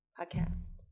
podcast